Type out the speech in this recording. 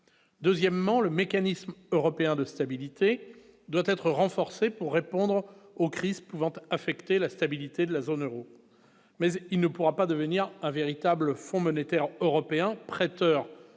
deuxièmement, le mécanisme européen de stabilité doit être renforcé pour répondre aux crises pouvant affecter la stabilité de la zone Euro mais il ne pourra pas devenir un véritable fonds monétaire européen prêteur